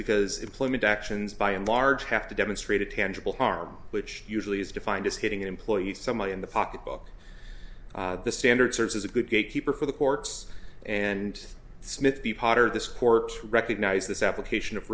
because employment actions by and large have to demonstrate a tangible harm which usually is defined as hitting employees somebody in the pocketbook the standard serves as a good gatekeeper for the courts and smith the potter this court to recognize this application of